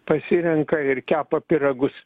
pasirenka ir kepa pyragus